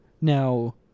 Now